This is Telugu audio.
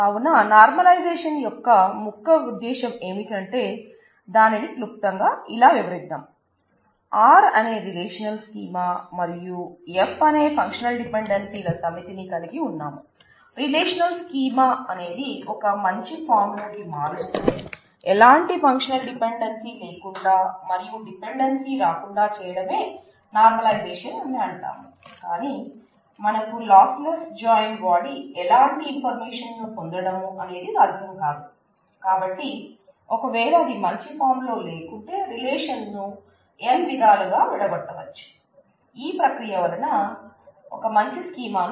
కావున నార్మలైజేషన్ ఈ ప్రక్రియ వలన ఒక మంచి స్కీమా ను పొందవచ్చును